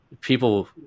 People